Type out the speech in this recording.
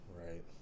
Right